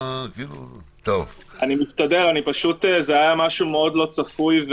היה משהו מאוד לא צפוי,